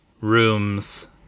Rooms